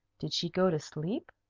did she go to sleep?